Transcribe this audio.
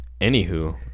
anywho